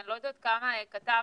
אני לא יודעת כמה כתבת,